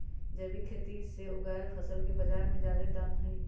जैविक खेती से उगायल फसल के बाजार में जादे दाम हई